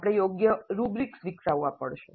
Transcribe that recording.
આપણે યોગ્ય રુબ્રીક્સ વિકસાવવા પડશે